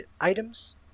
items